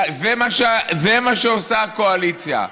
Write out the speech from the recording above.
זה מה שעושה הקואליציה.